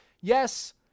Yes